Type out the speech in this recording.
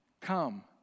come